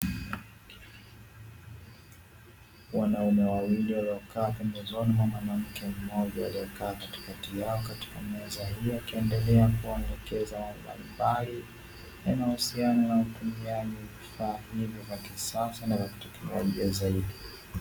Wanaume wawili waliokaa pembezoni mwa mwanamke mmoja aliyekaa katikati yao katika meza akiendelea kuwaelekeza mambo mbalimbali yanayohusiana na utumiaji wa vifaa hivyo vya kisasa na kiteknolojia zaidi.